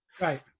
Right